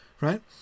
right